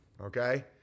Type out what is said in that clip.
Okay